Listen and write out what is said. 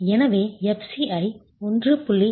எனவே fc ஐ 1